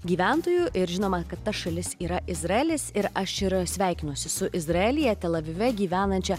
gyventojų ir žinoma kad ta šalis yra izraelis ir aš ir sveikinuosi su izraelyje telavive gyvenančia